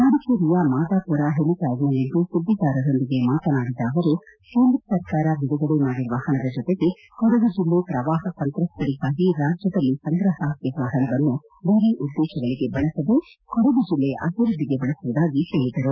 ಮಡಿಕೇರಿಯ ಮಾದಾಪುರ ಹೆಲಿಪ್ಟಾಡ್ ನಲ್ಲಿಂದು ಸುದ್ದಿಗಾರರೊಂದಿಗೆ ಮಾತನಾಡಿದ ಅವರು ಕೇಂದ್ರ ಸರ್ಕಾರ ಬಿಡುಗಡೆ ಮಾಡಿರುವ ಹಣದ ಜೊತೆಗೆ ಕೊಡಗು ಜಿಲ್ಲೆ ಪ್ರವಾಹ ಸಂತ್ರಸ್ತರಿಗಾಗಿ ರಾಜ್ಯದಲ್ಲಿ ಸಂಗ್ರಹವಾಗಿರುವ ಹಣವನ್ನು ಬೇರೆ ಉದ್ದೇಶಗಳಿಗೆ ಬಳಸದೆ ಕೊಡಗು ಜಿಲ್ಲೆಯ ಅಭಿವೃದ್ದಿಗೆ ಬಳಸುವುದಾಗಿ ಹೇಳದರು